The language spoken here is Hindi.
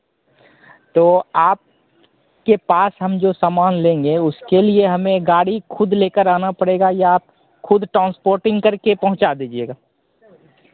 तो आप के पास हम जो सामान लेंगे उसके लिए हमें गाड़ी खुद लेकर आना पड़ेगा या आप खुद टांसपोटिंग करके पहुँचा दीजिएगा